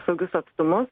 saugius atstumus